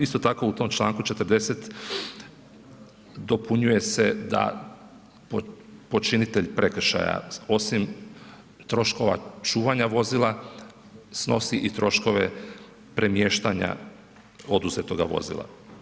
Isto tako u tom Članku 40. dopunjuje se da počinitelj prekršaja osim troškova čuvanja vozila, snosi i troškove premještanja oduzetoga vozila.